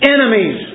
enemies